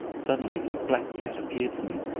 suddenly a black cat appeared to me,